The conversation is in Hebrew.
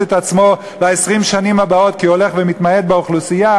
את עצמו ב-20 השנים הבאות כי הוא הולך ומתמעט באוכלוסייה,